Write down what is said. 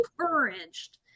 encouraged